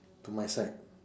to my side